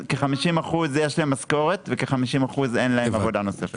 יש להם משכורת וכ-50% אין להם עבודה נוספת.